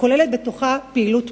הכוללת בתוכה פעילות מונעת.